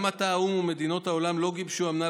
גם עתה האו"ם ומדינות העולם לא גיבשו אמנה